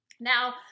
Now